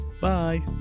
Bye